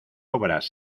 obras